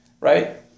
right